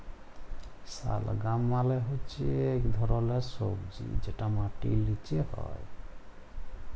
শালগাম মালে হচ্যে ইক ধরলের সবজি যেটা মাটির লিচে হ্যয়